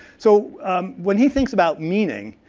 so when he thinks about meaning,